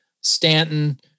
Stanton